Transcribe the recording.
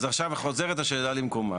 יופי, אז עכשיו חוזרת השאלה למקומה.